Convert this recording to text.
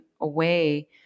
away